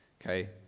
Okay